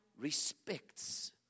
respects